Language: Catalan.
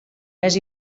més